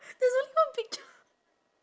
there's only one picture